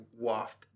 waft